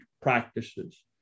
practices